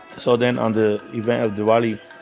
so then on the event of diwali,